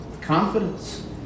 confidence